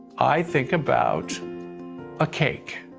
i think about a cake.